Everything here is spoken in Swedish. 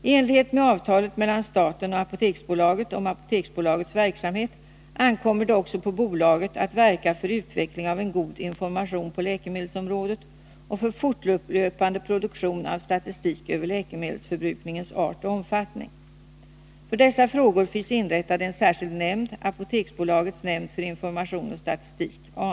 I enlighet med avtalet mellan staten och Apoteksbolaget AB om Apoteksbolagets verksamhet ankommer det också på bolaget att verka för utveckling av en god information på läkemedelsområdet och för fortlöpande produktion av statistik över läkemedelsförbrukningens art och omfattning. För dessa frågor finns inrättad en särskild nämnd, Apoteksbolagets nämnd för information och statistik .